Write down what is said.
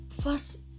first